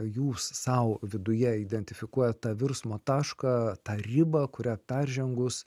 jūs sau viduje identifikuojat tą virsmo tašką tą ribą kurią peržengus